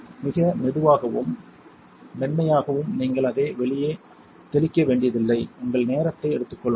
மிக மெதுவாகவும் மென்மையாகவும் நீங்கள் அதை தெளிக்க வேண்டியதில்லை உங்கள் நேரத்தை எடுத்துக் கொள்ளுங்கள்